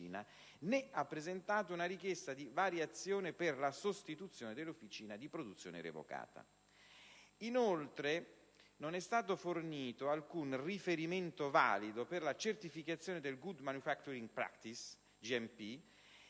né ha presentato una richiesta di variazione per la sostituzione dell'officina di produzione revocata. Inoltre, non è stato fornito alcun riferimento valido per la certificazione di *Good Manufacturing Practice* (GMP)